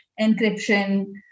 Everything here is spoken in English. encryption